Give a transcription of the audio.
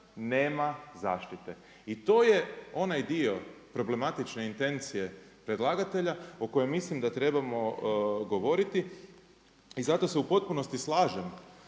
nema zaštite. I to je onaj dio problematične intencije predlagatelja o kojem mislim da trebamo govoriti. I zato se u potpunosti slažem